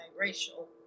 racial